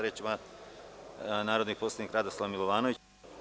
Reč ima narodni poslanik Radoslav Milovanović.